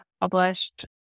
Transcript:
published